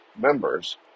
members